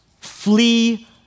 flee